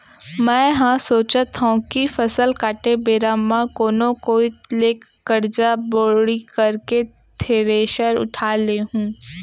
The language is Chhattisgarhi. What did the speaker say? मैं हर सोचत हँव कि फसल काटे बेरा म कोनो कोइत ले करजा बोड़ी करके थेरेसर उठा लेहूँ